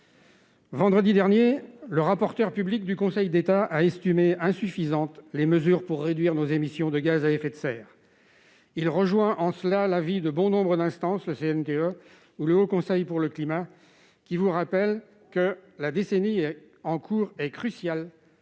Vendredi dernier, le rapporteur public du Conseil d'État a estimé insuffisantes les mesures pour réduire nos émissions de gaz à effet de serre. Il rejoint en cela l'avis de bon nombre d'instances comme le Conseil national de la transition écologique, le CNTE, et le Haut Conseil pour le climat, qui vous rappellent que la décennie en cours est cruciale